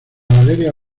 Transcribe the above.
valeria